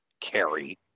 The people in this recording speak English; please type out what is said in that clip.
Carry